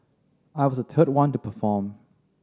I was the third one to perform